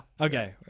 Okay